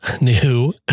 new